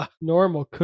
Normal